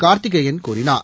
கார்த்திகேயன் கூறினார்